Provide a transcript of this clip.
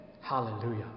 Hallelujah